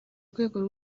rwego